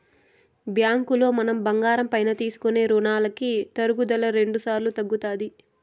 బ్యాంకులో మనం బంగారం పైన తీసుకునే రునాలకి తరుగుదల రెండుసార్లు తగ్గుతాది